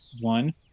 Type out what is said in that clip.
one